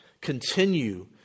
Continue